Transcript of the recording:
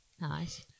Nice